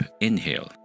inhale